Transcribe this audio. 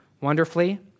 wonderfully